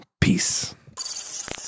Peace